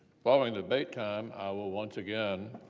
following debate time, i will once again